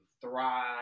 thrive